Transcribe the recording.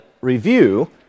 review